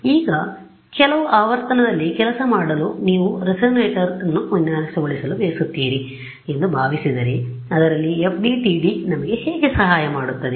ಈಗ ಕೆಲವು ಆವರ್ತನದಲ್ಲಿ ಕೆಲಸ ಮಾಡಲು ನೀವು ರೆಸೊನೇಟರ್ನ್ನು ವಿನ್ಯಾಸಗೊಳಿಸಲು ಬಯಸುತ್ತೀರಿ ಎಂದು ಭಾವಿಸಿದರೆ ಅದರಲ್ಲಿ FDTD ನಮಗೆ ಹೇಗೆ ಸಹಾಯ ಮಾಡುತ್ತದೆ